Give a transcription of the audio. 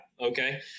okay